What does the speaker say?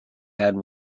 had